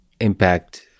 impact